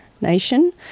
nation